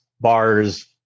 bars